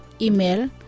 Email